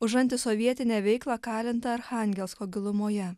už antisovietinę veiklą kalinta archangelsko gilumoje